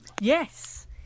Yes